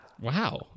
Wow